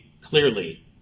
clearly